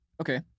Okay